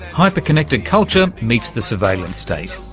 hyper-connected culture meets the surveillance state.